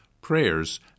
prayers